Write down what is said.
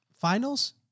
Finals